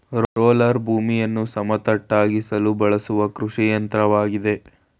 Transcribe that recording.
roller ಭೂಮಿಯನ್ನು ಸಮತಟ್ಟಾಗಿಸಲು ಬಳಸುವ ಕೃಷಿಯಂತ್ರವಾಗಿದೆ